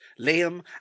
Liam